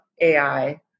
AI